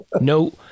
No